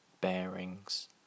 bearings